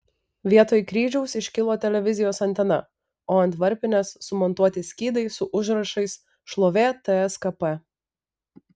vietoj kryžiaus iškilo televizijos antena o ant varpinės sumontuoti skydai su užrašais šlovė tskp